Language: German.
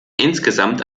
insgesamt